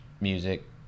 music